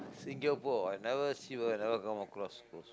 Singapore I never see I never come across for